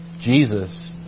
Jesus